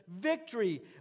victory